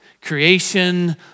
creation